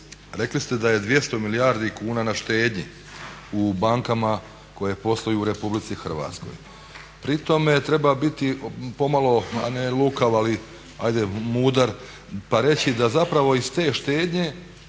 rekli ste da je 200 milijardi kuna na štednji u bankama koje posluju u RH, pri tome treba biti pomalo a ne lukav, ali ajde mudar pa reći da zapravo iz te štednje